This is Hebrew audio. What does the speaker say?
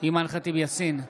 אימאן ח'טיב יאסין,